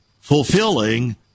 fulfilling